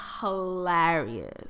hilarious